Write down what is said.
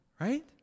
Right